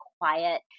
quiet